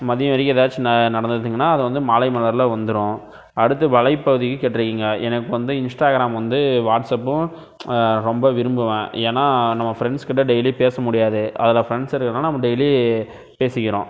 மதியம் வரைக்கும் ஏதாச்சும் ந நடந்ததுங்கனா அதை வந்து மாலை மலரில் வந்துடும் அடுத்து வலைப்பதிவுக்கு கேட்டுருக்கிங்க எனக்கு வந்து இன்ஸ்டாகிராம் வந்து வாட்ஸப்பும் ரொம்ப விரும்புவேன் ஏன்னால் நம்ம ஃப்ரெண்ட்ஸ் கிட்ட டெய்லியும் பேச முடியாது அதில் ஃப்ரெண்ட்ஸ் இருக்கிறதுனால நம்ம டெய்லி பேசிக்கிறோம்